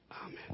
Amen